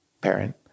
parent